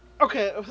Okay